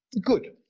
Good